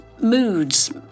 moods